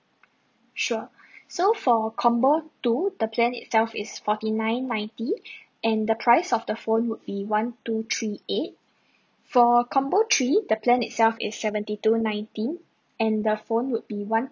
sure so for combo two the plan itself is forty nine ninety and the price of the phone would be one two three eight for combo three the plan itself is seventy two ninety and the phone would be one